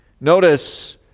Notice